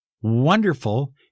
wonderful